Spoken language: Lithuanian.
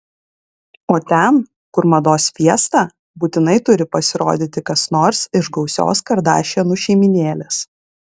o ten kur mados fiesta būtinai turi pasirodyti kas nors iš gausios kardašianų šeimynėlės